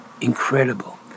Incredible